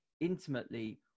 intimately